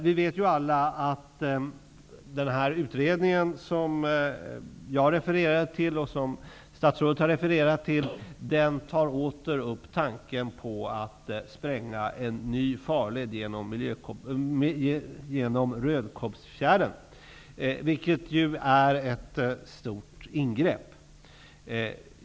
Vi vet alla att den utredning som jag och statsrådet refererade till åter tar upp tanken på att spränga en ny farled genom Rödkobbsfjärden, vilket är ett stort ingrepp.